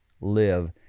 live